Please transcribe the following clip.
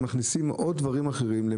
הם ימצאו את כל הדרכים כדי